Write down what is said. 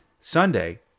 Sunday